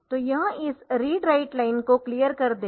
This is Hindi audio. तो यह इस रीड राइट लाइन को क्लियर कर देगा